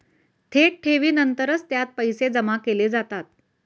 थेट ठेवीनंतरच त्यात पैसे जमा केले जातात